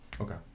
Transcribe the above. Okay